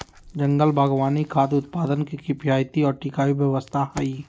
जंगल बागवानी खाद्य उत्पादन के किफायती और टिकाऊ व्यवस्था हई